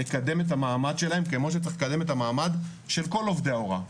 לקדם את המעמד שלהם כמו שצריך לקדם את המעמד של כל עובדי ההוראה.